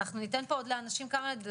אנחנו ניתן לעוד כמה אנשים לדבר,